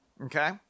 Okay